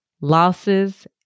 losses